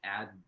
add